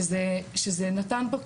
שזה נתן פה,